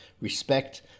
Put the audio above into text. respect